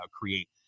create